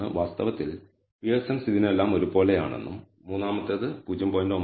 വാസ്തവത്തിൽ പിയേഴ്സൺ ഇതിനെല്ലാം ഒരുപോലെയാണെന്നും മൂന്നാമത്തേത് 0